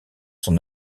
son